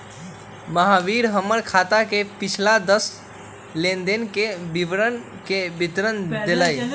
महावीर हमर खाता के पिछला दस लेनदेन के विवरण के विवरण देलय